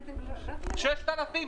עם 6,000?